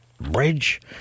Bridge